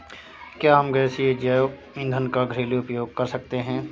क्या हम गैसीय जैव ईंधन का घरेलू उपयोग कर सकते हैं?